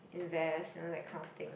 invest you know that kind of thing